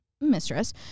mistress